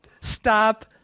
stop